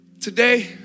Today